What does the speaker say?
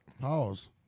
Pause